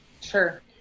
Sure